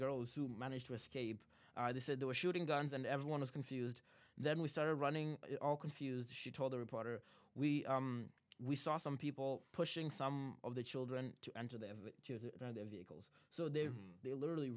girls who managed to escape they said they were shooting guns and everyone was confused then we started running all confused she told the reporter we we saw some people pushing some of the children to enter their vehicles so there they were literally